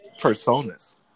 personas